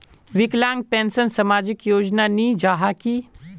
विकलांग पेंशन सामाजिक योजना नी जाहा की?